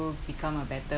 to become a better